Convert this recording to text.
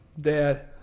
dad